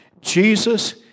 Jesus